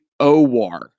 Owar